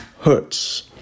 hurts